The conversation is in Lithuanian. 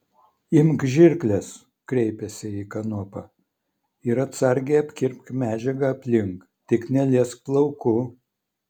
imk žirkles kreipėsi į kanopą ir atsargiai apkirpk medžiagą aplink tik neliesk plaukų